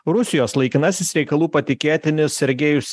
rusijos laikinasis reikalų patikėtinis sergejus